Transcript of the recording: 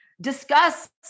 discuss